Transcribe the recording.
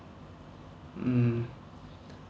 mm